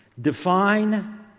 Define